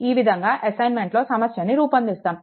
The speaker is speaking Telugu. ఈ విధంగా అసైన్మెంట్లో సమస్యను రూపొంధిస్తాము